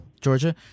Georgia